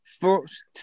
first